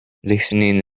listening